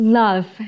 love